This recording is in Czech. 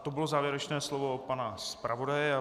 To bylo závěrečné slovo pana zpravodaje.